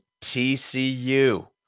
TCU